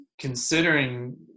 considering